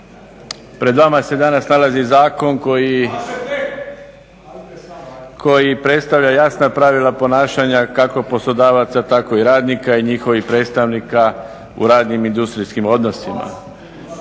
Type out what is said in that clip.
Pred vama se danas nalazi zakon koji predstavlja jasna pravila ponašanja, kako poslodavaca, tako i radnika i njihovih predstavnika u radnim industrijskim odnosima.